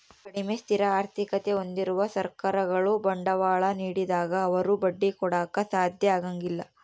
ಕಡಿಮೆ ಸ್ಥಿರ ಆರ್ಥಿಕತೆ ಹೊಂದಿರುವ ಸರ್ಕಾರಗಳು ಬಾಂಡ್ಗಳ ನೀಡಿದಾಗ ಅವರು ಬಡ್ಡಿ ಕೊಡಾಕ ಸಾಧ್ಯ ಆಗಂಗಿಲ್ಲ